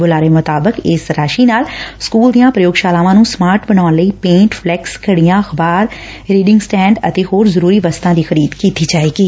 ਬੁਲਾਰੇ ਮੁਤਾਬਿਕ ਇਸ ਰਾਸ਼ੀ ਨਾਲ ਸਕੂਲ ਦੀਆਂ ਪ੍ਰਯੋਗਸ਼ਾਲਾਵਾਂ ਨੂੰ ਸਮਾਰਟ ਬਣਾਉਣ ਲਈ ਪੇਂਟ ਫਲੈਕਸ ਘੜੀਆਂ ਅਖਬਾਰ ਰੀਡਿੰਗ ਸਟੈ ਂਡ ਅਤੇ ਹੋਰ ਜ਼ਰੁਰੀ ਵਸਤਾਂ ਦੀ ਖਰੀਦ ਕੀਤੀ ਜਾਵੇਗੀ